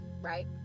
right